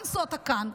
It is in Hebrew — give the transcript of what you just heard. מרגע שאתה כאן,